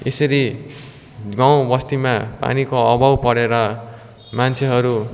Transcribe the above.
यसरी गाउँ बस्तीमा पानीको अभाव परेर मान्छेहरू